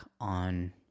on